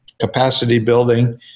capacity-building